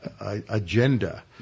agenda